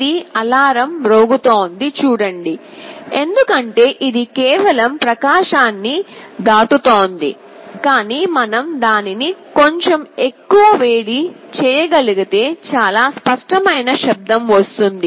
ఇది అలారం మ్రోగుతొంది చూడండి ఎందుకంటే ఇది కేవలం ప్రవేశాన్ని దాటుతోంది కాని మనం దానిని కొంచెం ఎక్కువ వేడి చేయగలిగితే చాలా స్పష్టమైన శబ్దం వస్తుంది